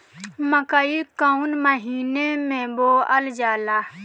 मकई कौन महीना मे बोअल जाला?